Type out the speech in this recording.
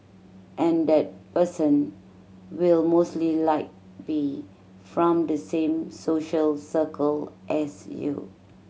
and that person will mostly like be from the same social circle as you